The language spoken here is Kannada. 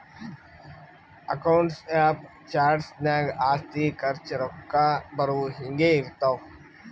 ಅಕೌಂಟ್ಸ್ ಆಫ್ ಚಾರ್ಟ್ಸ್ ನಾಗ್ ಆಸ್ತಿ, ಖರ್ಚ, ರೊಕ್ಕಾ ಬರವು, ಹಿಂಗೆ ಇರ್ತಾವ್